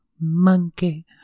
Monkey